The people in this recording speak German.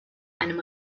einem